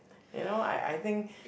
you know I I think